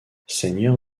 seigneur